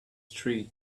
tree